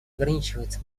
ограничивается